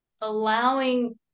allowing